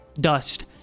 dust